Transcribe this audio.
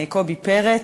קובי פרץ,